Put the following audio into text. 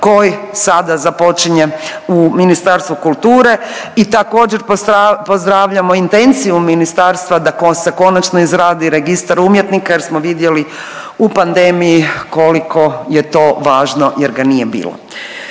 koji sada započinje u Ministarstvu kulture. I također pozdravljamo intenciju ministarstva da se konačno izradi registar umjetnika jer smo vidjeli u pandemiji koliko je to važno jer ga nije bilo.